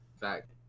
fact